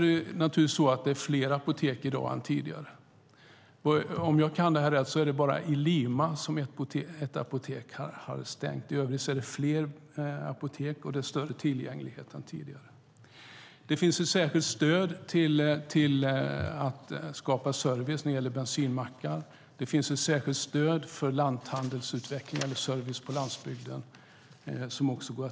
Det är fler apotek i dag än tidigare. Om jag kan det här rätt är det bara ett apotek i Lima som har stängt. I övrigt är det fler apotek och större tillgänglighet än tidigare. Det finns ett särskilt stöd för att skapa service när det gäller bensinmackar. Det finns ett särskilt stöd för service på landsbygden.